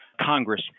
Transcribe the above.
Congress